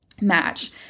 match